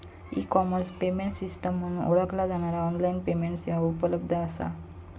e commerce payment system म्हणून ओळखला जाणारा ऑनलाइन पेमेंट सेवा उपलब्ध असा